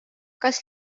kas